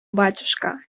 батюшка